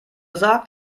sagt